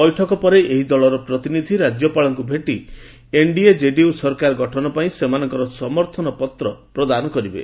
ବୈଠକ ପରେ ଏହି ଦଳର ପ୍ରତିନିଧି ରାଜ୍ୟପାଳଙ୍କୁ ଭେଟି ଏନ୍ଡିଏ ଜେଡିୟୁ ସରକାର ଗଠନ ପାଇଁ ସେମାନଙ୍କର ସମର୍ଥନ ପତ୍ର ପ୍ରଦାନ କରିବେ